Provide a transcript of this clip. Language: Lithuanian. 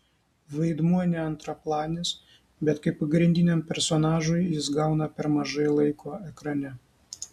vaidmuo ne antraplanis bet kaip pagrindiniam personažui jis gauna per mažai laiko ekrane